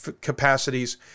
capacities